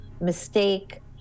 mistake